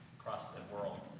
across the world.